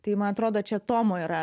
tai man atrodo čia tomo yra